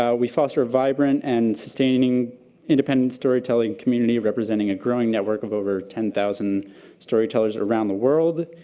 um we foster a vibrant and sustaining independent storytelling community representing a growing network of over ten thousand storytellers around the world,